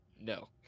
no